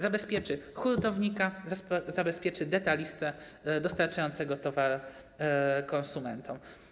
Zabezpieczy hurtownika, zabezpieczy detalistę dostarczającego towar konsumentom.